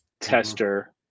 tester